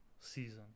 season